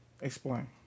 Explain